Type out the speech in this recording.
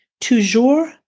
Toujours